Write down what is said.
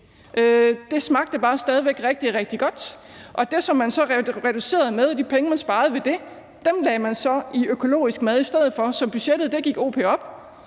Det smagte bare stadig væk rigtig, rigtig godt. Og det, som man så reducerede med, og de penge, man sparede ved det, lagde man så i økologisk mad i stedet for, så budgettet gik o